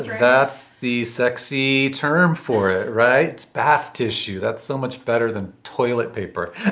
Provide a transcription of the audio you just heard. that's the sexy term for it, right? bath tissue. that's so much better than toilet paper.